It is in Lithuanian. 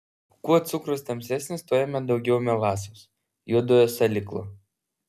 kuo cukrus tamsesnis tuo jame daugiau melasos juodojo salyklo